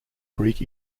greek